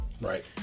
Right